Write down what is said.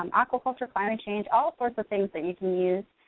um aquaculture, climate change, all sorts of things that you can use.